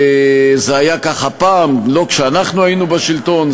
זה היה ככה פעם, לא כשאנחנו היינו בשלטון.